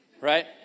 right